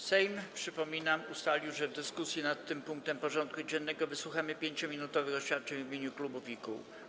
Sejm, przypominam, ustalił, że w dyskusji nad tym punktem porządku dziennego wysłuchamy 5-minutowych oświadczeń w imieniu klubów i kół.